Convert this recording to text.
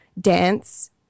dance